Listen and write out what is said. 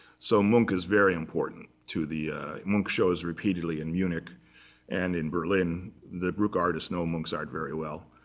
so munch is very important to the munch shows repeatedly in munich and in berlin. the brucke artists know munch's art very well.